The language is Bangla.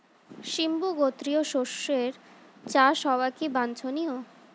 সিম্বু গোত্রীয় শস্যের চাষ হওয়া কেন বাঞ্ছনীয়?